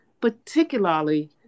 particularly